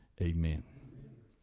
Amen